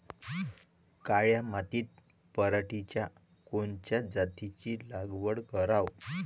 काळ्या मातीत पराटीच्या कोनच्या जातीची लागवड कराव?